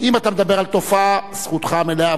אם אתה מדבר על תופעה, זכותך המלאה.